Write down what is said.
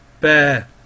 Bear